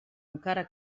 encara